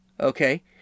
Okay